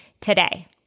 today